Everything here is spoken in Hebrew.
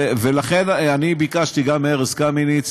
ולכן אני ביקשתי גם מארז קמיניץ,